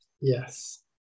Yes